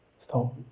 stop